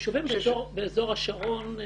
באזור השרון.